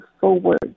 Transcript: forward